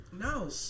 No